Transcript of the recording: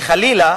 וחלילה